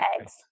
eggs